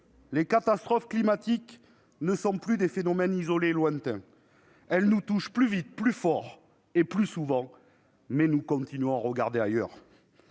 Les catastrophes climatiques ne sont plus des phénomènes isolés et lointains. Elles nous touchent plus vite, plus fort et plus souvent, mais nous continuons de regarder ailleurs.